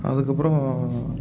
அதுக்கப்புறம்